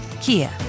Kia